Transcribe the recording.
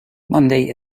monday